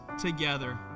together